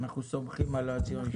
אנחנו סומכים על היועצים המשפטיים.